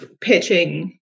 pitching